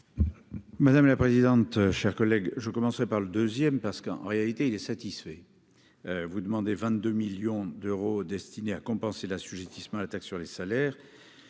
Madame la présidente, chers collègues, je commencerai par le deuxième parce qu'en réalité il est satisfait : vous demandez 22 millions d'euros destinée à compenser l'assujettissement à la taxe sur les salaires,